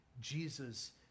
Jesus